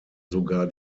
sogar